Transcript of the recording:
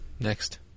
Next